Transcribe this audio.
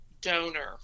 Donor